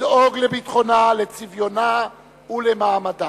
לדאוג לביטחונה, לצביונה ולמעמדה.